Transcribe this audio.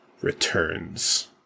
returns